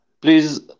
please